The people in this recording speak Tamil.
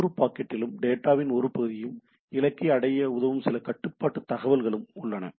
ஒவ்வொரு பாக்கெட்டிலும் டேட்டாவின் ஒரு பகுதியும் இலக்கை அடைய உதவும் சில கட்டுப்பாட்டு தகவல்களும் உள்ளன